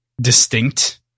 distinct